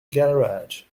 garage